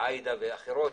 עאידה ואחרות,